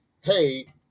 Hey